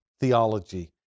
theology